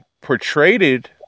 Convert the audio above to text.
portrayed